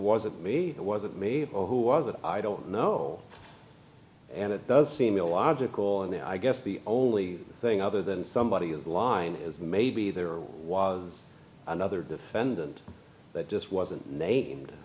wasn't me it wasn't me who i don't know and it does seem illogical and i guess the only thing other than somebody of the line is maybe there was another defendant that just wasn't named